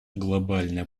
глобальная